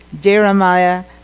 Jeremiah